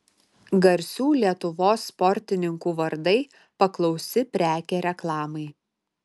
garsių lietuvos sportininkų vardai paklausi prekė reklamai